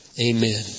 Amen